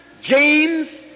James